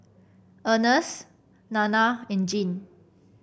Ernest Nanna and Jean